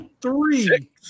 Three